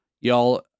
y'all